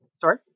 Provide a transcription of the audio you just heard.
Sorry